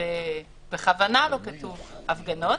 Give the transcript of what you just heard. ובכוונה לא כתוב הפגנות.